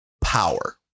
power